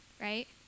right